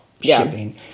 shipping